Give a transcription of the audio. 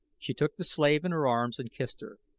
she took the slave in her arms and kissed her.